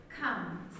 Come